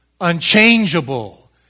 unchangeable